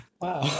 wow